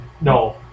No